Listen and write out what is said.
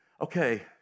okay